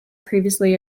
previously